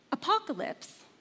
Apocalypse